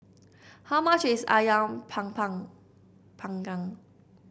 how much is ayam panggang